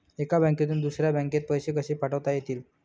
एका बँकेतून दुसऱ्या बँकेत पैसे कसे पाठवता येतील?